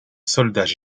soldats